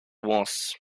was